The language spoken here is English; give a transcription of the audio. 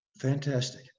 fantastic